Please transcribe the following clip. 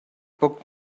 book